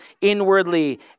inwardly